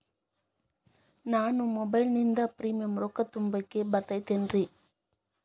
ನಾನು ಮೊಬೈಲಿನಿಂದ್ ಪ್ರೇಮಿಯಂ ರೊಕ್ಕಾ ತುಂಬಾಕ್ ಬರತೈತೇನ್ರೇ?